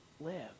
live